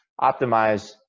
optimize